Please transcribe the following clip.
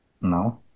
no